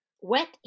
Wet